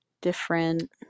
different